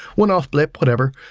one-off clip. whatever.